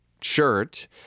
shirt